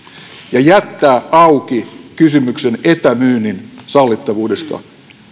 ja jättää auki kysymyksen etämyynnin sallittavuudesta